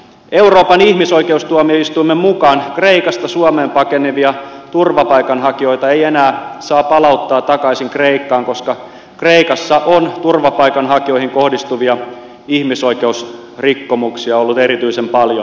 euroopan ihmisoikeustuomioistuimen mukaan kreikasta suomeen pakenevia turvapaikanhakijoita ei enää saa palauttaa takaisin kreikkaan koska kreikassa on turvapaikanhakijoihin kohdistuvia ihmisoikeusrikkomuksia ollut erityisen paljon